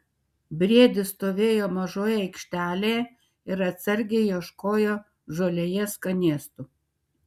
briedis stovėjo mažoje aikštelėje ir atsargiai ieškojo žolėje skanėstų